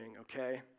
okay